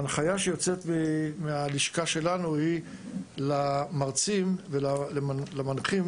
ההנחיה שיוצאת מהלשכה שלנו למרצים ולמנחים